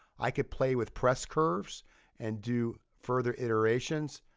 i could play with press curves and do further iterations,